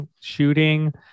Shooting